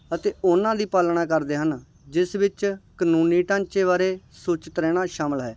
ਅਤੇ ਉਹਨਾਂ ਦੀ ਪਾਲਣਾ ਕਰਦੇ ਹਨ ਜਿਸ ਵਿੱਚ ਕਾਨੂੰਨੀ ਢਾਂਚੇ ਬਾਰੇ ਸੂਚਿਤ ਰਹਿਣਾ ਸ਼ਾਮਿਲ ਹੈ